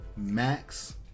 Max